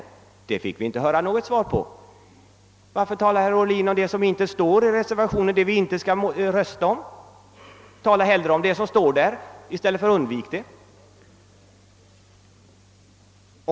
På den frågan fick vi inte något svar. Varför talar herr Ohlin om det som inte står i reservationen och som vi inte skall votera om i dag?